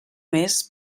més